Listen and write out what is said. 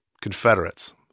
Confederates